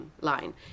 line